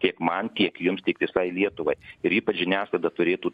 tiek man tiek jums tiek visai lietuvai ir ypač žiniasklaida turėtų